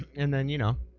and then you now